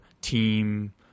team